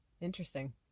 interesting